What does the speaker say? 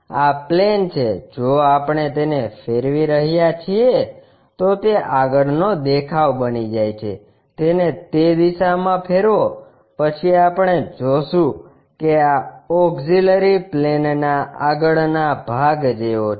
આ પ્લેન છે જો આપણે તેને ફેરવી રહ્યા છીએ તો તે આગળનો દેખાવ બની જાય છે તેને તે દિશામાં ફેરવો પછી આપણે જોશું કે આ ઓક્ષીલરી પ્લેનના આગળના ભાગ જેવો છે